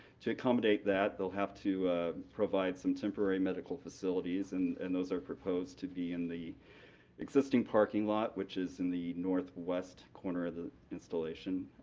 to accommodate that, they'll have to provide some temporary medical facilities, and and those are proposed to be in the existing parking lot which is in the northwest corner of the installation,